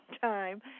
time